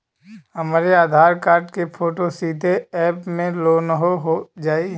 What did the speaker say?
हमरे आधार कार्ड क फोटो सीधे यैप में लोनहो जाई?